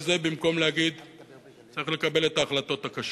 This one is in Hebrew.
כל זה במקום להגיד "צריך לקבל את ההחלטות הקשות".